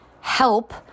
help